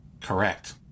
Correct